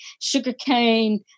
sugarcane